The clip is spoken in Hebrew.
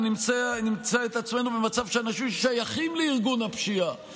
ונמצא את עצמנו במצב שאנשים ששייכים לארגון הפשיעה